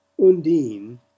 Undine